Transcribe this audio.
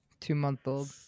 Two-month-old